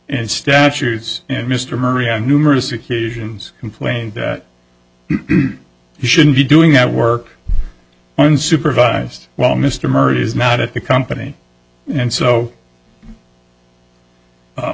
and statutes and mr murray on numerous occasions complained that he shouldn't be doing that work unsupervised while mr murray is not at the company and so